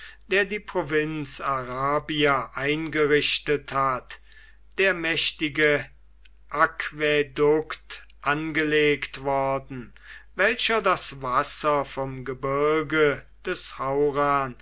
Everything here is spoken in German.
der die provinz arabia eingerichtet hat der mächtige aquädukt angelegt worden welcher das wasser vom gebirge des